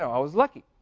i was lucky.